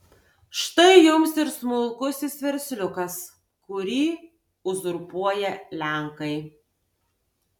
štai jums ir smulkusis versliukas kurį uzurpuoja lenkai